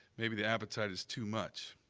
maybe the appetite is too much.